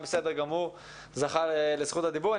זכה לזכות הדיבור.